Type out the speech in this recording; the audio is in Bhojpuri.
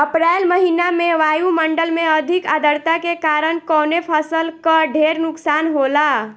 अप्रैल महिना में वायु मंडल में अधिक आद्रता के कारण कवने फसल क ढेर नुकसान होला?